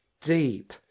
deep